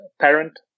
parent